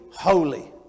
holy